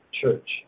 church